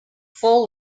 full